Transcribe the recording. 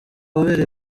wabereye